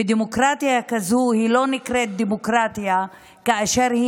דמוקרטיה כזאת לא נקראת דמוקרטיה כאשר היא